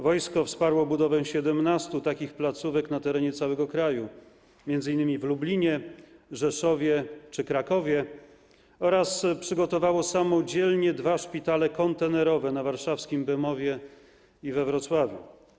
Wojsko wsparło budowę 17 takich placówek na terenie całego kraju, m.in. w Lublinie, Rzeszowie czy Krakowie, oraz przygotowało samodzielnie dwa szpitale kontenerowe na warszawskim Bemowie i we Wrocławiu.